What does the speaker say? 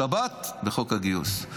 השבת וחוק הגיוס.